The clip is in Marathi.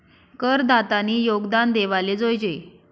करदातानी योगदान देवाले जोयजे